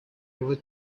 ever